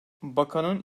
bakanın